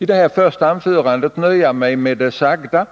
i detta första anförande nöja mig med det sagda.